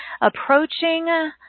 approaching